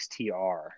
XTR